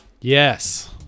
Yes